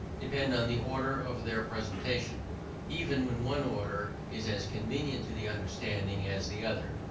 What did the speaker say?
depend on the order of their presentation even when one order is as convenient to the understanding as the other.